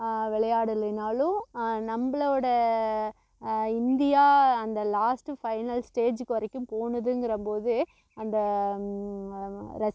விளையாடலைனாலும் நம்மளோட இந்தியா அந்த last final ஸ்டேஜுக்கு வரைக்கும் போனதுங்கிற போது அந்த